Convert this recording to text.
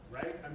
right